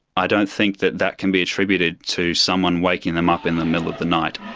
i don't think that that can be attributed to someone waking them up in the middle of the night.